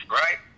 right